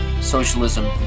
socialism